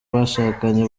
bashakanye